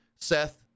Seth